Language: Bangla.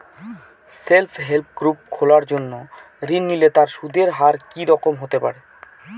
সেল্ফ হেল্প গ্রুপ খোলার জন্য ঋণ নিলে তার সুদের হার কি রকম হতে পারে?